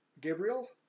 Gabriel